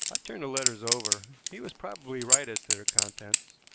turned the letters over he was probably right as to their contents.